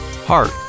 heart